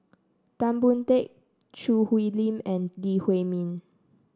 Tan Boon Teik Choo Hwee Lim and Lee Huei Min